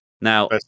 Now